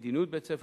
מדיניות בית-ספר,